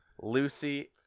Lucy